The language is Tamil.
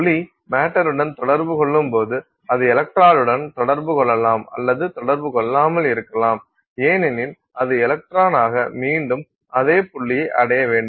ஒளி மேட்டர் உடன் தொடர்பு கொள்ளும்போது அது எலக்ட்ரானுடன் தொடர்பு கொள்ளலாம் அல்லது தொடர்பு கொள்ளாமல் இருக்கலாம் ஏனெனில் அது எலக்ட்ரான் ஆக மீண்டும் அதே புள்ளியை அடைய வேண்டும்